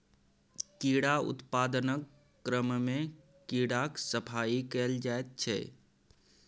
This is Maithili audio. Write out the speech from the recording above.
कीड़ा उत्पादनक क्रममे कीड़ाक सफाई कएल जाइत छै